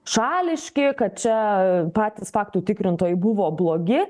šališki kad čia patys faktų tikrintojai buvo blogi